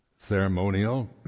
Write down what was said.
ceremonial